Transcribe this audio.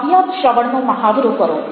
વાહિયાત શ્રવણનો મહાવરો કરો